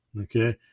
okay